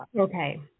Okay